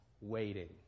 waiting